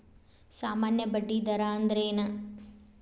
ಸಾಮಾನ್ಯ ಬಡ್ಡಿ ದರ ಅಂದ್ರೇನ?